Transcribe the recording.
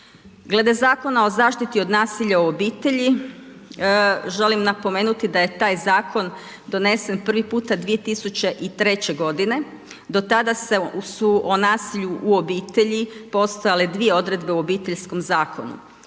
Glede Zakona o zaštiti od nasilja u obitelji želim napomenuti da je taj zakon donesen prvi puta 2003. godine, do tada su o nasilju u obitelji postojale dvije odredbe u Obiteljskom zakonu.